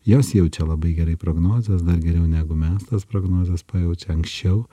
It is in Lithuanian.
jos jaučia labai gerai prognozes dar geriau negu mes tas prognozes pajaučia anksčiau